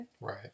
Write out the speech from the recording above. Right